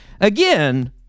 again